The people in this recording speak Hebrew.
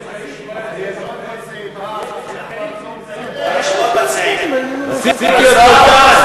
יש אחרים שנמצאים, יש עוד מציעים, רציתי אותו כאן.